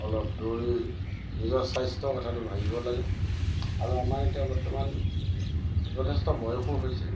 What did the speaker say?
অলপ দৌৰি নিজৰ স্বাস্থ্যৰ কথাটো ভাবিব লাগে আৰু আমাৰ এতিয়া বৰ্তমান যথেষ্ট বয়সো হৈছে